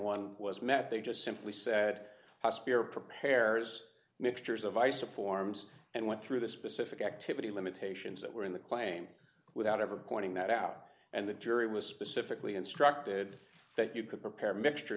one was met they just simply said i spear preparers mixtures of ice or forms and went through the specific activity limitations that were in the claim without ever pointing that out and the jury was specifically instructed that you could prepare mixture